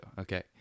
okay